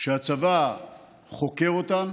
שהצבא חוקר אותן.